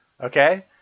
Okay